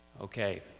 Okay